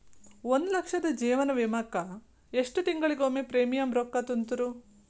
ಒಂದ್ ಲಕ್ಷದ ಜೇವನ ವಿಮಾಕ್ಕ ಎಷ್ಟ ತಿಂಗಳಿಗೊಮ್ಮೆ ಪ್ರೇಮಿಯಂ ರೊಕ್ಕಾ ತುಂತುರು?